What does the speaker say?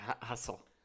hustle